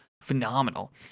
phenomenal